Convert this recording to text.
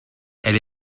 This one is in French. elle